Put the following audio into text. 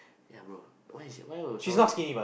ya bro why is why will someone be